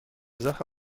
sache